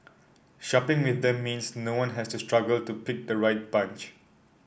shopping with them means no one has to struggle to pick the right bunch